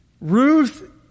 Ruth